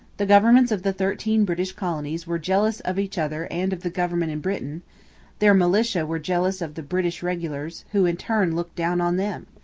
the governments of the thirteen british colonies were jealous of each other and of the government in britain their militia were jealous of the british regulars, who in turn looked down on them.